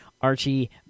Archie